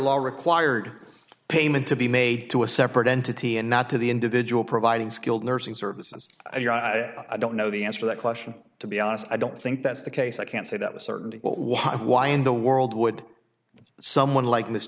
law required payment to be made to a separate entity and not to the individual providing skilled nursing services i don't know the answer that question to be honest i don't think that's the case i can't say that with certainty but why why in the world would someone like m